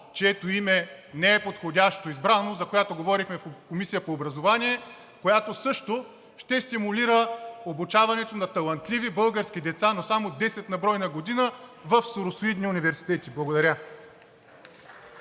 чието име не е подходящо избрано, за която говорихме в Комисията по образование, която също ще стимулира обучаването на талантливи български деца, но само 10 на брой на година, в соросоидни университети. Благодаря.